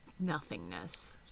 nothingness